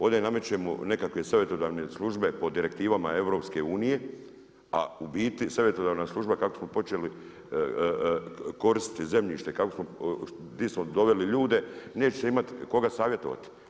Ovdje namećemo nekakve savjetodavne službe po direktivama EU, a u biti savjetodavna služba kako smo počeli koristi zemljište di smo doveli ljude, nećete imati koga savjetovati.